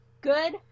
good